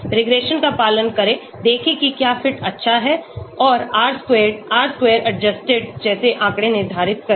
regression का पालन करें देखें कि क्या फिट अच्छा है और R squared R squared adjusted जैसे आंकड़े निर्धारित करें